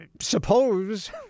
Suppose